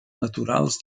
naturals